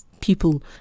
people